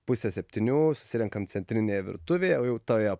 pusę septynių susirenkam centrinėje virtuvėje jau toje